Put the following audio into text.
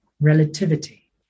Relativity